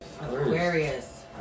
Aquarius